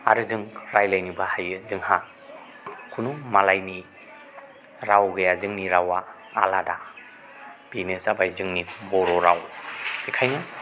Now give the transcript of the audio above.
आरो जों रायज्लायनोबो हायो जोंहा खुनु मालायनि राव गैया जोंनि रावा आलादा बेनो जाबाय जोंनि बर' राव बेनिखायनो